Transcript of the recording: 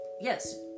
yes